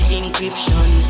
encryption